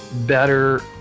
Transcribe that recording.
better